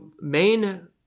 main